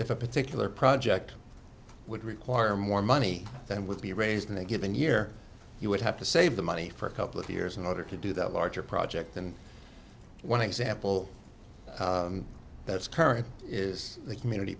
if a particular project would require more money than would be raised in a given year you would have to save the money for a couple of years in order to do that larger project and one example that's current is the community